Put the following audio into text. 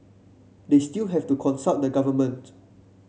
they still have to consult the government